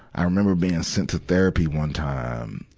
i remember being sent to therapy one time,